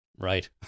Right